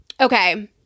Okay